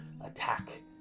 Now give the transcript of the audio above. attack